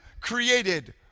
created